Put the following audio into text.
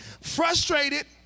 frustrated